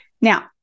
Now